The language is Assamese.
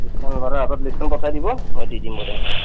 লিষ্টখন ল'ৰাৰ হাতত লিষ্টখন পঠাই দিব মই দি দিম গোটেইখিনি